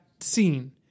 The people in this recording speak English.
scene